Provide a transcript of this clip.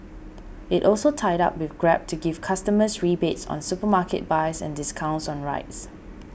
it also tied up with Grab to give customers rebates on supermarket buys and discounts on rides